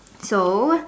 so